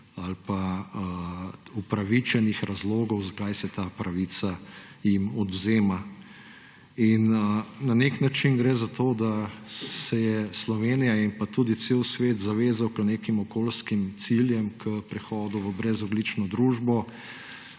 ali pa upravičenih razlogov, zakaj se jim ta pravica odvzema. Na nek način gre za to, da se je Slovenija in tudi cel svet zavezal k nekim okoljskim ciljem k prehodu v brezogljično družbo.